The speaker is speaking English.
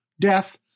death